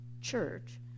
church